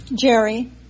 Jerry